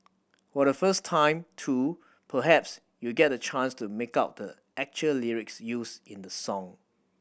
for the first time too perhaps you'll get the chance to make out the actual lyrics used in the song